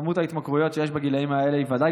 וכמות ההתמכרויות שיש בגילים האלה היא ודאי